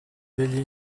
degli